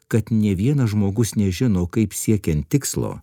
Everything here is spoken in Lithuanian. kad ne vienas žmogus nežino kaip siekiant tikslo